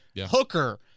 Hooker